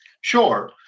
Sure